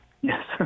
Yes